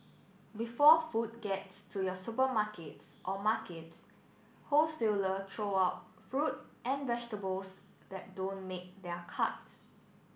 before food gets to your supermarkets or markets wholesaler throw out fruit and vegetables that don't make their cut